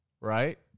right